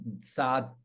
sad